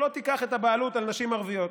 שלא תיקח את הבעלות על נשים ערביות.